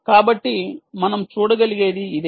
కాబట్టి మనం చూడగలిగేది ఇదే